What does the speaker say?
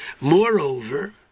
Moreover